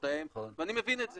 ואני מבין את זה.